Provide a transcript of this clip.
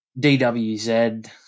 DWZ